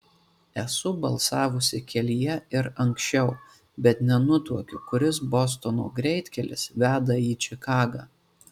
esu balsavusi kelyje ir anksčiau bet nenutuokiu kuris bostono greitkelis veda į čikagą